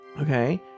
Okay